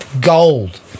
gold